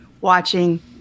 watching